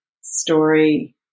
story